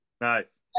Nice